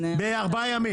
בארבעה ימים.